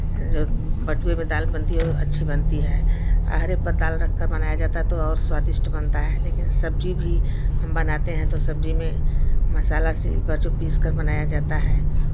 जो बटुए में दाल बनती है ओ अच्छी बनती है अहरे पर दाल रख कर बनाया जाता है तो और स्वादिष्ट बनता है लेकिन सब्जी भी हम बनाते हैं तो सब्जी में मसाला सील पर जो पीस कर बनाया जाता है